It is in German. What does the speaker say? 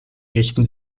richten